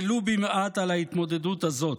ולו במעט, על ההתמודדות הזאת.